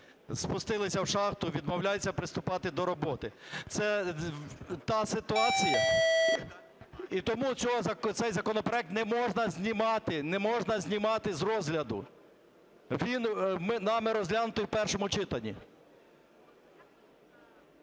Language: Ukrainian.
спустилися в шахту, відмовляються приступати до роботи. Це та ситуація… І тому цей законопроект не можна знімати. Не можна знімати з розгляду, він нами розглянутий в першому читанні.